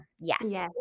yes